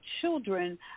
children